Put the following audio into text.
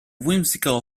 whimsical